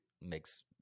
makes